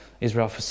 Israel